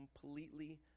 completely